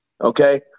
okay